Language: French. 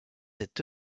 cet